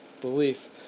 belief